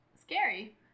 scary